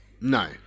No